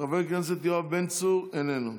חבר הכנסת יואב בן צור, איננו.